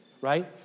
right